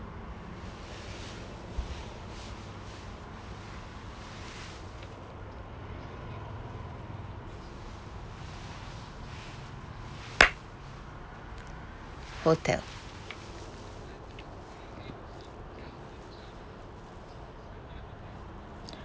hotel